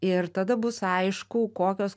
ir tada bus aišku kokios